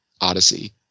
Odyssey